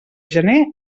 gener